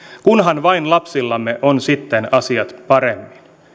kunhan vain lapsillamme on sitten asiat paremmin